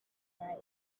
tried